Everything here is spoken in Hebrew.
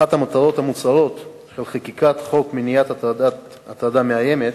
אחת המטרות המוצהרות של חקיקת חוק מניעת הטרדה מאיימת